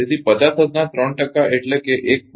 તેથી 50 હર્ટ્ઝના 3 ટકા એટલે 1